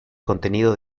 contenido